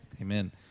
Amen